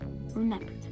remember